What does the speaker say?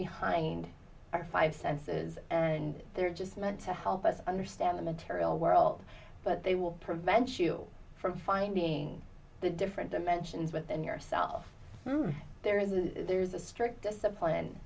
behind our five senses and they're just meant to help us understand the material world but they will prevent you from finding the different dimensions within yourself there is there's a strict discipline